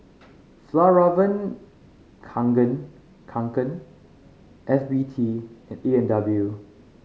Fjallraven Kanken Kanken F B T and A and W